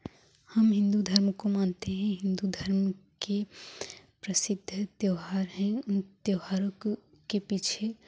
हम हिंदू धर्म को मानते हैं हिंदू धर्म के प्रसिद्ध त्योहार है उन त्योहारों को के पीछे